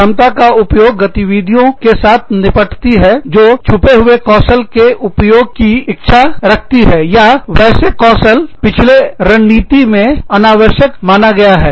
क्षमता का उपयोग गतिविधियों के साथ निपटती है जो छुपे हुए कौशल के उपयोग की इच्छा रखती है या वैसे कौशल पिछले रणनीति में अनावश्यक माना गया है